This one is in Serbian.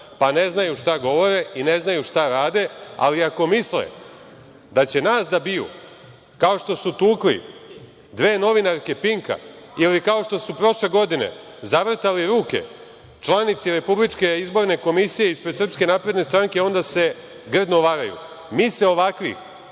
pa ne znaju šta govore i ne znaju šta rade, ali ako misle da će nas da biju kao što su tukli dve novinarke Pinka ili kao što su prošle godine zavrtali ruke članici RIK ispred SNS, onda se grdno varaju. Mi se ovakvih